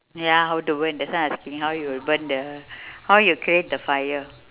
ya how to burn that's why I was thinking how you will burn the how you create the fire